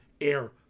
air